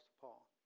Paul